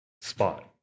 spot